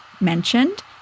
mentioned